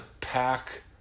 pack